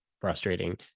frustrating